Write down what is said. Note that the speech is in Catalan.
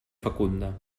fecunda